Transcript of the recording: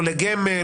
לא לגמל,